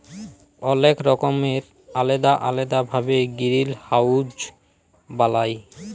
অলেক রকমের আলেদা আলেদা ভাবে গিরিলহাউজ বালায়